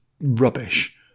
rubbish